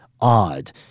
odd